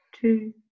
two